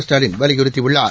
Stalin வலிபுறுத்தியுள்ளார்